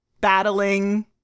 battling